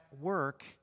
work